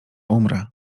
umrę